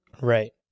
Right